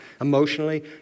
emotionally